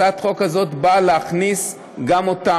הצעת החוק הזאת באה להכניס גם אותם.